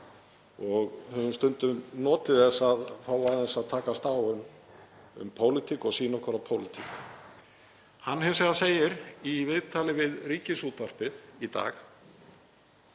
og höfum stundum notið þess að fá aðeins að takast á um pólitík og sýn okkar á pólitík. Hann segir hins vegar í viðtali við Ríkisútvarpið í dag